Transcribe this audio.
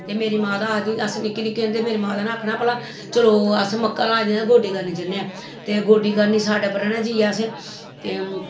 ते मेरी माता आखदी अस निक्के निक्के होंदे मेरी माता ने आखना भला चलो अस मक्कां लाई दियां गोड्डी करन जन्ने आं ते गोह्ड्डी करनी जाइयै असें ते